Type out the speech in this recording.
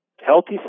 healthy